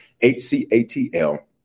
H-C-A-T-L